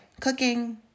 cooking